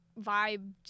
vibe